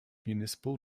municipal